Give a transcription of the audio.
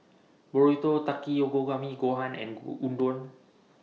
Burrito Takikomi Gohan and Udon